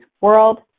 World